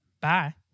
Bye